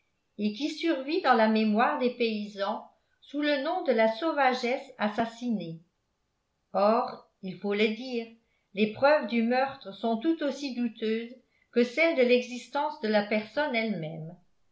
et qui survit dans la mémoire des paysans sous le nom de la sauvagesse assassinée or il faut le dire les preuves du meurtre sont tout aussi douteuses que celles de l'existence de la personne elle-même